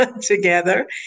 together